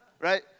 Right